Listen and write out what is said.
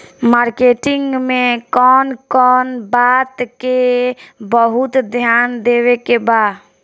Marketing मे कौन कौन बात के बहुत ध्यान देवे के बा?